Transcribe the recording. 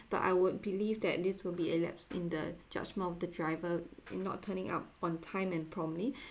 but I would believe that this will be a lapse in the judgement of the driver in not turning out on time and promptly